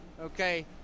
Okay